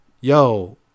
yo